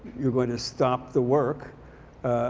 you're going to stop the work.